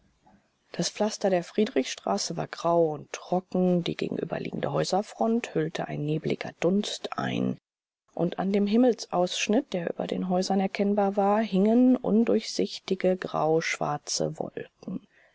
das pflaster der friedrichstraße war grau und trocken die gegenüberliegende häuserfront hüllte ein nebliger dunst ein und an dem himmelsausschnitt der über den häusern erkennbar war hingen undurchsichtige grauschwarze wolken